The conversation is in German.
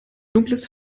dunkles